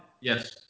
Yes